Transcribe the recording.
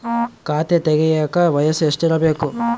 ಖಾತೆ ತೆಗೆಯಕ ವಯಸ್ಸು ಎಷ್ಟಿರಬೇಕು?